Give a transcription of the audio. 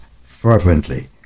fervently